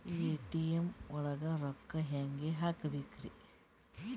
ATM ಒಳಗ್ ರೊಕ್ಕ ಹೆಂಗ್ ಹ್ಹಾಕ್ಬೇಕ್ರಿ?